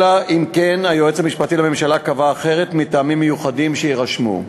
אלא אם כן היועץ המשפטי לממשלה קבע אחרת מטעמים מיוחדים שיירשמו.